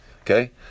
okay